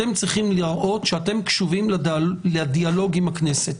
אתם צריכים להראות שאתם קשובים לדיאלוג עם הכנסת.